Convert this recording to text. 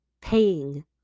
paying